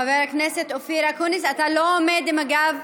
חבר הכנסת אופיר אקוניס, אתה לא עומד עם הגב,